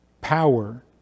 power